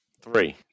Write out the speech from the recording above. Three